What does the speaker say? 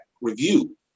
review